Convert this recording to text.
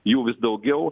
jų vis daugiau